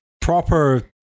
Proper